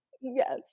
Yes